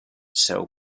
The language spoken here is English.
cell